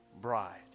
bride